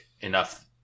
enough